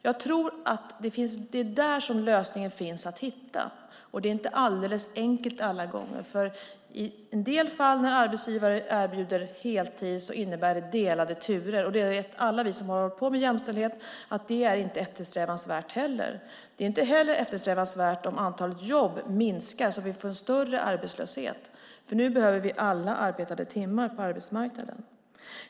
Jag tror att det är där som lösningen står att hitta, men det är inte alldeles enkelt alla gånger. I en del fall då arbetsgivaren erbjuder heltid innebär det delade turer, och alla vi som har hållit på med jämställdhet vet att det inte heller är eftersträvansvärt. Det är inte heller eftersträvansvärt om antalet jobb minskar, så att vi får en större arbetslöshet. Nu behöver vi alla arbetade timmar på arbetsmarknaden.